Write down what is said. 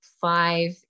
five